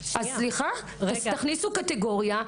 תכניסו קטגוריה.